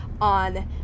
on